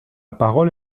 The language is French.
parole